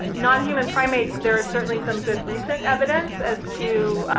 non-human primates-there are certainly some good recent evidence as to,